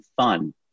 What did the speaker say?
fun